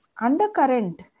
undercurrent